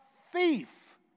thief